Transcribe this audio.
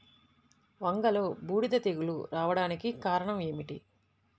వంగలో బూడిద తెగులు రావడానికి కారణం ఏమిటి?